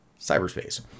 cyberspace